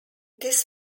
this